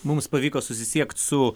mums pavyko susisiekt su